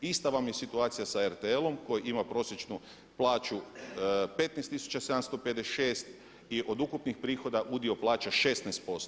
Ista vam je situacija sa RTL-om koji ima prosječnu plaću 15756 i od ukupnih prihoda udio plaće 16%